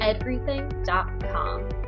everything.com